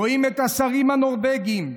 רואים את השרים הנורבגים,